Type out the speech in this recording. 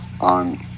on